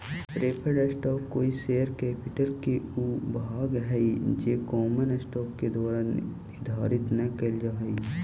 preferred stock कोई share capital के ऊ भाग हइ जे कॉमन स्टॉक के द्वारा निर्देशित न कैल जा हइ